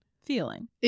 feeling